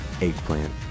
eggplant